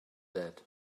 that